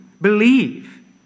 believe